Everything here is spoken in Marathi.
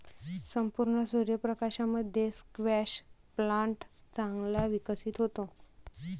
संपूर्ण सूर्य प्रकाशामध्ये स्क्वॅश प्लांट चांगला विकसित होतो